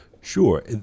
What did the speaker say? Sure